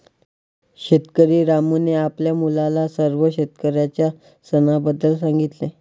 शेतकरी रामूने आपल्या मुलाला सर्व शेतकऱ्यांच्या सणाबद्दल सांगितले